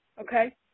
okay